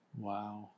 Wow